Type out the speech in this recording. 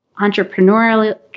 entrepreneurial